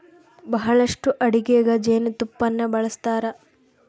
ಬಹಳಷ್ಟು ಅಡಿಗೆಗ ಜೇನುತುಪ್ಪನ್ನ ಬಳಸ್ತಾರ